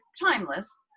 timeless